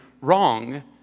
wrong